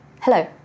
Hello